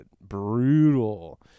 brutal